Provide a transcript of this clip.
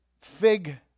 fig